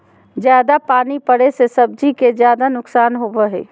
जयादा पानी पड़े से सब्जी के ज्यादा नुकसान होबो हइ